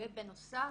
ובנוסף,